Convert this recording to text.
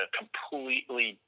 completely